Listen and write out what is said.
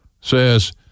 says